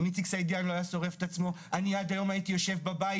אם איציק סעידיאן לא היה שורף את עצמו אני עד היום הייתי יושב בבית